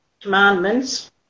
commandments